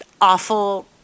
awful